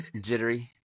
Jittery